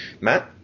Matt